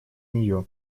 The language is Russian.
нее